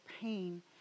pain